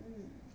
mm